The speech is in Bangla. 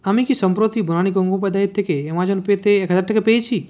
আমি কি সম্প্রতি বনানি গঙ্গোপাধ্যায়ের থেকে আমাজন পেতে এক হাজার টাকা পেয়েছি